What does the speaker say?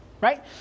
right